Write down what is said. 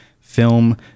film